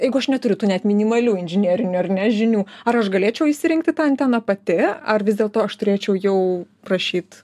jeigu aš neturiu tų net minimalių inžinerinių ar ne žinių ar aš galėčiau įsirengti tą anteną pati ar vis dėlto aš turėčiau jau prašyt